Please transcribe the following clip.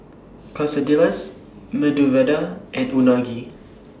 Quesadillas Medu Vada and Unagi